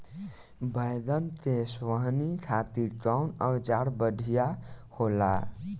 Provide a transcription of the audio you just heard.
बैगन के सोहनी खातिर कौन औजार बढ़िया होला?